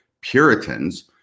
Puritans